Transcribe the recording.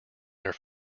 their